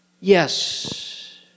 yes